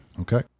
Okay